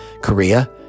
Korea